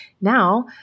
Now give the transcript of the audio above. now